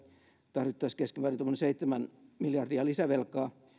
tarvittaisiin keskimäärin tuommoinen seitsemän miljardia lisävelkaa